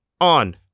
on